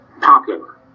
popular